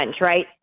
right